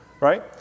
right